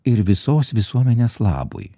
ir visos visuomenės labui